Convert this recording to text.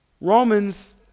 Romans